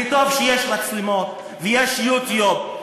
וטוב שיש מצלמות ויש יוטיוב.